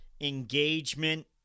engagement